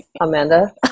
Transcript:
Amanda